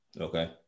okay